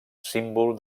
símbol